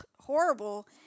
horrible